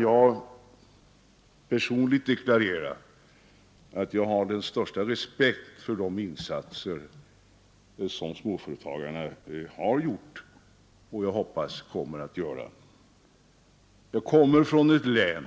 Jag kan personligen deklarera att jag har den största —— respekt för de insatser som småföretagarna har gjort och, hoppas jag, Allmänpolitisk kommer att göra. debatt Jag kommer från ett län,